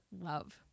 love